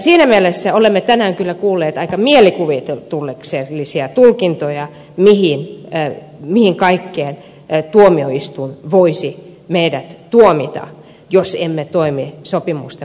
siinä mielessä olemme tänään kyllä kuulleet aika mielikuvituksellisia tulkintoja mihin kaikkeen tuomioistuin voisi meidät tuomita jos emme toimi sopimusten mukaisesti